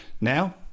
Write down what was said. Now